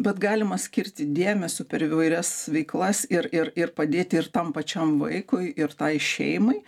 bet galima skirti dėmesio per įvairias veiklas ir ir ir padėti ir tam pačiam vaikui ir tai šeimai